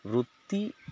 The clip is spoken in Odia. ବୃତ୍ତି